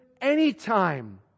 anytime